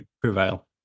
prevail